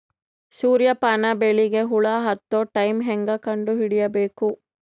ಸೂರ್ಯ ಪಾನ ಬೆಳಿಗ ಹುಳ ಹತ್ತೊ ಟೈಮ ಹೇಂಗ ಕಂಡ ಹಿಡಿಯಬೇಕು?